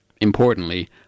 Importantly